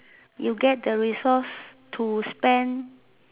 you get the resource to spend